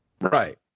Right